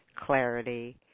clarity